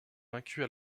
vaincues